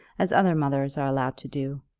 as other mothers are allowed to do.